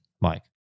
Mike